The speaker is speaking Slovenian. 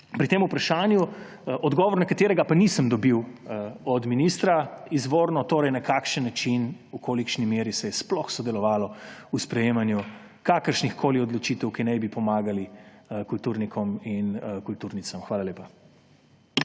pri tem vprašanju, odgovor na katerega pa nisem dobil od ministra, izvorno. Torej: Na kakšen način, v kolikšni meri se je sploh sodelovalo v sprejemanju kakršnihkoli odločitev, ki naj bi pomagali kulturnikom in kulturnicam? Hvala lepa.